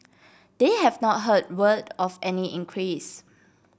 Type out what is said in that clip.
they have not heard word of any increase